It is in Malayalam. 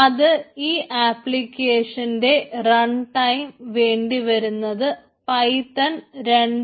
അത് ഈ ആപ്ലിക്കേഷന്റെ റൺ ടൈം വേണ്ടിവരുന്നത് പൈത്തൺ 2